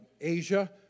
Asia